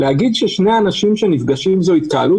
להגיד ששני אנשים שנפגשים זו התקהלות,